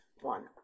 one